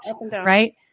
right